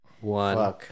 One